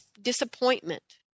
disappointment